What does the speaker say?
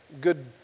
good